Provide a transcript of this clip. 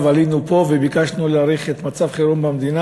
עלינו לפה וביקשנו להאריך את מצב החירום במדינה,